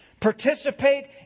participate